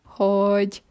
hogy